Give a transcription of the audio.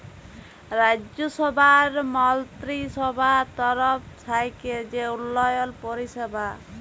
রাজ্যসভার মলত্রিসভার তরফ থ্যাইকে যে উল্ল্যয়ল পরিষেবা